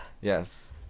Yes